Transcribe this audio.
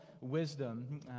wisdom